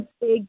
big